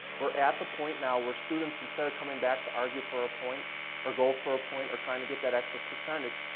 we're at the point now where students, instead of coming back to argue for a point or go for a point or trying to get that extra percentage,